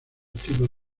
tipos